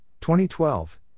2012